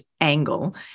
angle